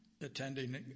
attending